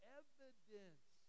evidence